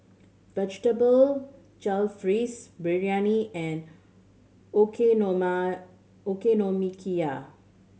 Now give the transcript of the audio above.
Vegetable Jalfrezi Biryani and Okonomiyaki